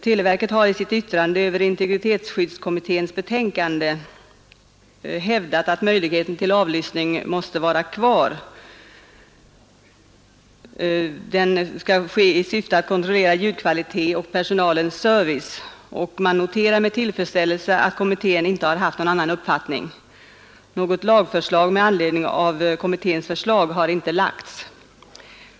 Televerket har i sitt yttrande över integritetsskyddskommitténs betänkande ”Skydd mot avlyssning”, SOU 1970:47, hävdat att möjligheterna till avlyssning av telefonsamtal i syfte att kontrollera ljudkvalitet och personalens service måste finnas kvar och noterar med tillfredsställelse att kommittén inte haft någon annan uppfattning. Något lagförslag med anledning av integritetsskyddskommitténs förslag har inte framlagts.